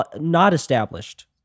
not-established